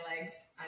legs